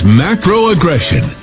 macro-aggression